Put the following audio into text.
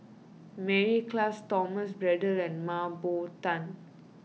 Mary Klass Thomas Braddell and Mah Bow Tan